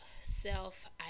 self